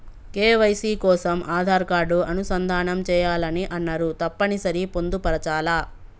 KYC కోసం Aadhaar card అనుసంధానం చేయాలని అన్నరు తప్పని సరి పొందుపరచాలా?